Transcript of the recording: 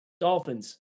Dolphins